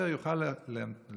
כדי שהשוטר יוכל להנציח,